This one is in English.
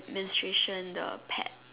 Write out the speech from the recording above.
menstruation the pad